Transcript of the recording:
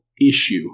issue